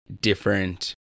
different